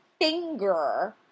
finger